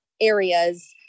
areas